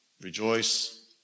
rejoice